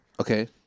okay